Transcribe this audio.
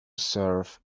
serve